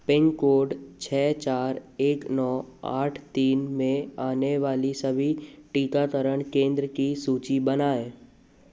pin code छः चार एक नौ आठ तीन में आने वाली सभी टीकाकरण केंद्र की सूची बनाएँ